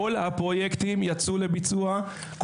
וכל הפרויקטים יצאו לביצוע,